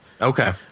Okay